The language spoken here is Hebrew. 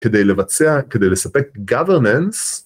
כדי לבצע, כדי לספק גאוורננס.